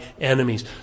enemies